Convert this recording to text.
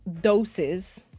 doses